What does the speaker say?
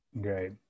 Great